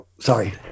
sorry